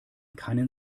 keinen